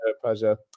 pleasure